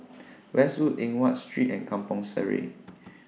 Westwood Eng Watt Street and Kampong Sireh